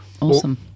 awesome